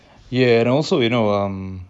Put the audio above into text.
microscope then of course ya